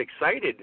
excited